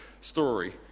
story